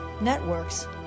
networks